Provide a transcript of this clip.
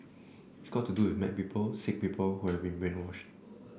it's got to do with mad people sick people who have been brainwashed